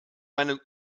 meine